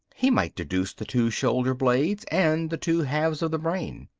he might deduce the two shoulder-blades and the two halves of the brain.